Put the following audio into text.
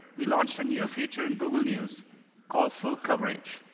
we launched a new feature in google news called full coverage.